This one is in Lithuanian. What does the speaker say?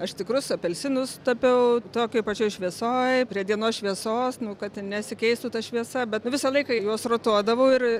aš tikrus apelsinus tapiau tokioj pačioj šviesoj prie dienos šviesos nu kad nesikeistų ta šviesa bet visą laiką juos rotuodavau ir